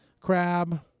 Crab